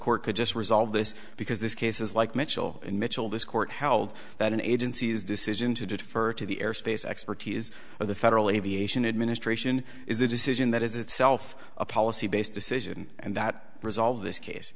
court could just resolve this because this case is like mitchell and mitchell this court held that an agency is decision to defer to the airspace expertise of the federal aviation administration is a decision that is itself a policy based decision and that resolve this case